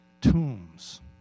tombs